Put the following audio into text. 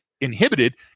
inhibited